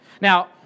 Now